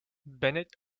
bennett